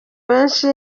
benshi